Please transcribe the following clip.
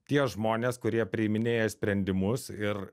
tie žmonės kurie priiminėja sprendimus ir